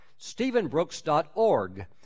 stephenbrooks.org